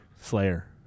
slayer